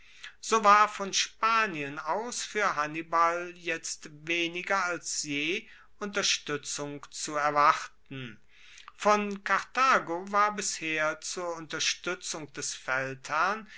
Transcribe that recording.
so war von spanien aus fuer hannibal jetzt weniger als je unterstuetzung zu erwarten von karthago war bisher zur unterstuetzung des feldherrn